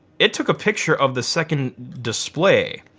it took a picture of the second display.